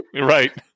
Right